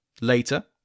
Later